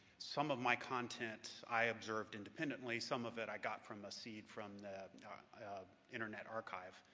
some of my content i observed independently, some of it i got from a seed from the internet archive,